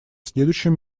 следующем